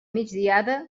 migdiada